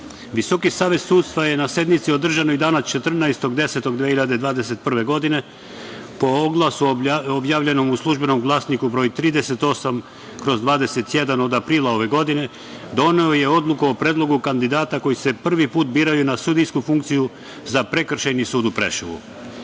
savet sudstva je na sednici održanoj dana 14. oktobra 2021. godine po oglasu objavljenom u "Službenom glasniku broj 38/21" od aprila ove godine, doneo je odluku o predlogu kandidata koji se prvi put biraju na sudijsku funkciju za Prekršajni sudu Preševu. Na